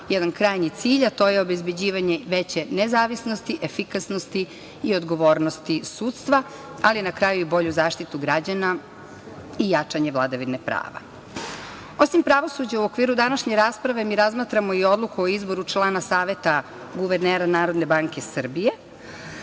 jedan krajnji cilj, a to je obezbeđivanje veće nezavisnosti, efikasnosti i odgovornosti sudstva, ali na kraju i bolju zaštitu građana i jačanja vladavine prava. Osim pravosuđa u okviru današnje rasprave mi razmatramo i Odluku o izboru članova Saveta guvernera NBS. Savet